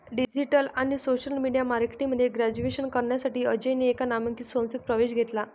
digital आणि social media marketing मध्ये graduation करण्यासाठी अजयने एका नामांकित संस्थेत प्रवेश घेतला